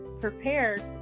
prepared